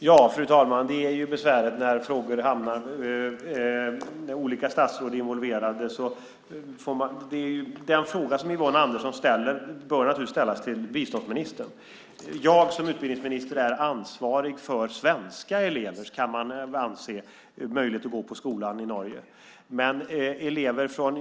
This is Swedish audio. Fru talman! Det är besvärligt när olika statsråd är involverade. Den fråga som Yvonne Andersson ställer bör ställas till biståndsministern. Man kan anse att jag som utbildningsminister är ansvarig för svenska elevers möjlighet att gå på skolan i Norge.